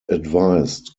advised